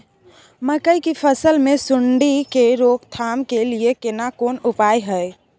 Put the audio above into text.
मकई की फसल मे सुंडी के रोक थाम के लिये केना कोन उपाय हय?